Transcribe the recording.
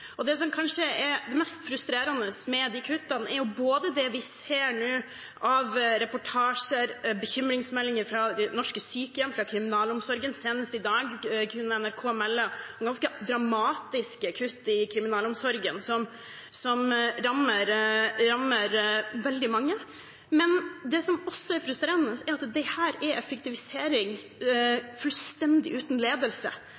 velferdskutt. Det som kanskje er mest frustrerende med de kuttene, er det vi nå ser av reportasjer, bekymringsmeldinger, fra norske sykehjem, fra kriminalomsorgen. Senest i dag kunne NRK melde om ganske dramatiske kutt i kriminalomsorgen, som rammer veldig mange. Det som også er frustrerende, er at dette er effektivisering fullstendig uten ledelse.